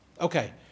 Okay